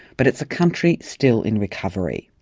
but it's a country still in recovery.